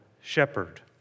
shepherd